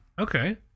Okay